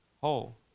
whole